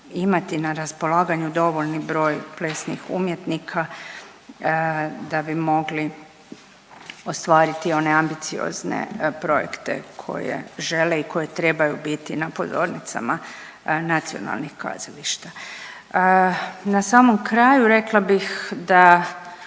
imati na raspolaganju dovoljni broj plesnih umjetnika da bi mogli ostvariti one ambiciozne projekte koje žele i koje trebaju biti na pozornicama nacionalnih kazališta. Na samom kraju rekla bih da